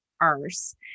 arse